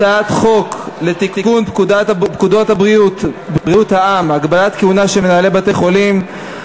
הצעת חוק לתיקון פקודת בריאות העם (הגבלת כהונה של מנהלי בתי-חולים),